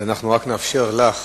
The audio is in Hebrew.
אז אנחנו רק נאפשר לך